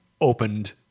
opened